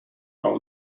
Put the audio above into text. own